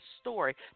story